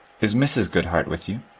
is mrs. goodhart with you?